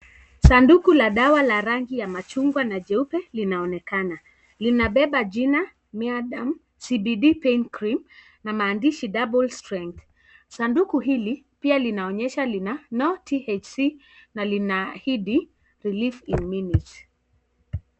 Sanduku la dawa la rangi ya machungwa na jeupe linaonekana linabeba jina Myadermn Cbd pain cream na maandishi pain cream sanduki hili pia linaonyesha no CBD na linaahidi releif in munutes .